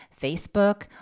Facebook